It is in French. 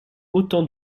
autant